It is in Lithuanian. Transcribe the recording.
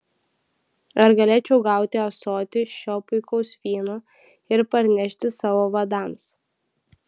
ar galėčiau gauti ąsotį šio puikaus vyno ir parnešti savo vadams